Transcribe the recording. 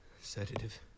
Sedative